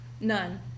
None